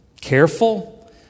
careful